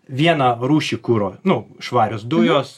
vieną rūšį kuro nu švarios dujos